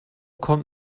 kommt